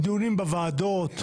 דיונים בוועדות וכו'.